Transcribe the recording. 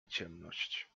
ciemność